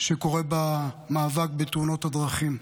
שקורה גם במאבק בתאונות הדרכים.